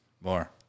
More